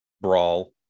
brawl